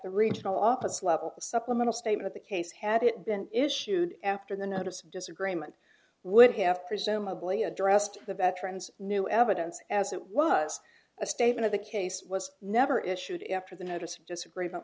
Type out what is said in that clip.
the regional office level the supplemental statement of the case had it been issued after the notice of disagreement would have presumably addressed the veterans new evidence as it was a statement of the case was never issued after the notice of disagreement